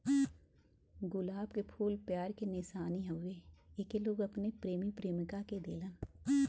गुलाब के फूल प्यार के निशानी हउवे एके लोग अपने प्रेमी प्रेमिका के देलन